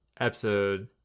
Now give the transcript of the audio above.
episode